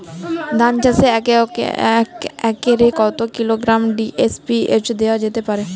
ধান চাষে এক একরে কত কিলোগ্রাম ডি.এ.পি দেওয়া যেতে পারে?